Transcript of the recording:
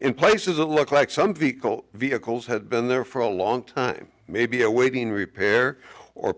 in places it looked like some people vehicles had been there for a long time maybe awaiting repair or